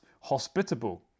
hospitable